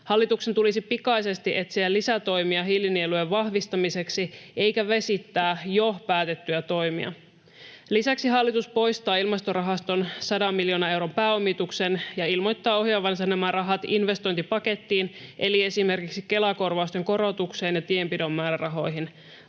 Hallituksen tulisi pikaisesti etsiä lisätoimia hiilinielujen vahvistamiseksi eikä vesittää jo päätettyjä toimia. Lisäksi hallitus poistaa ilmastorahaston 100 miljoonan euron pääomituksen ja ilmoittaa ohjaavansa nämä rahat investointipakettiin eli esimerkiksi Kela-korvausten korotukseen ja tienpidon määrärahoihin.